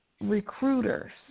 recruiters